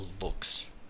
looks